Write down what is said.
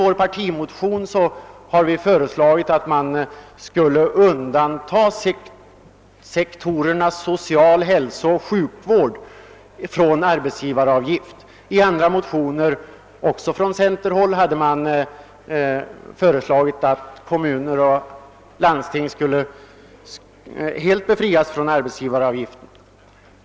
I en partimotion från centerpartiet har föreslagits att sektorerna social-, hälsooch sjukvård undantas från arbetsgivaravgift; i and ra motioner, också från centerpartihåll, har föreslagits att kommuner och landsting helt befrias från arbetsgivaravgift.